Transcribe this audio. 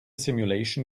simulation